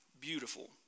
beautiful